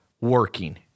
working